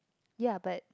ya but